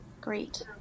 Great